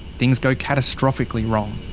things go catastrophically wrong.